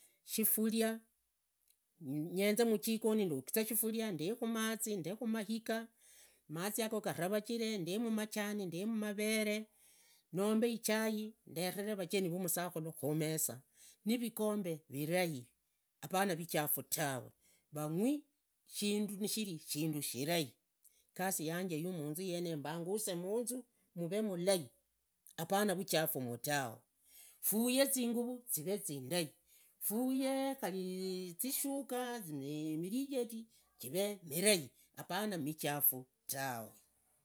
Shifuria uyenze majikoni, wogizeekhu shifuria ndekhu mazi, nde khumaiga mazi gavavajire ndemu majani ndemu mavere, nombe ichai ndetevee vajeni vamusakhula khumesa. Nikikombe virai apana vikombe vichafu tawe, vugwi shindu nishiri shindu shirai, igasi yanje yamuunzu yeyo mbunguse munzu muvee mulai apana vichafu mu tawe faye zinguvu zivee zindai, fuyee khari zishaka, khari mivinjeri jivee mirai apana jivaa michafu tawe.